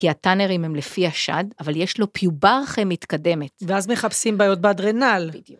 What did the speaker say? כי הטאנרים הם לפי השד, אבל יש לו פוברכה מתקדמת. ואז מחפשים בעיות באדרנל.